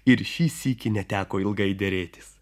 ir šį sykį neteko ilgai derėtis